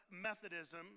Methodism